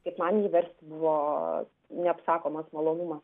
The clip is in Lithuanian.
kaip man jį versti buvo neapsakomas malonumas